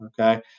okay